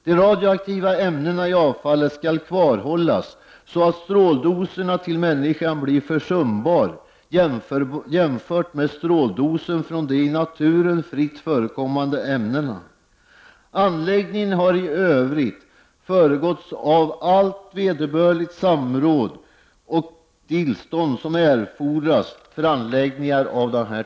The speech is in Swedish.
De radioaktiva ämnena i avfallet skall kvarhållas så att stråldoserna till människan blir försumbara jämfört med stråldosen från de i naturen fritt förekommande ämnena. Anläggningen har i Övrigt föregåtts av allt vederbörligt samråd och de tillstånd som erfordras för anläggningar av denna typ.